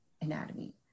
anatomy